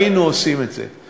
היינו עושים את זה.